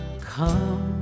Come